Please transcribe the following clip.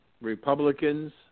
Republicans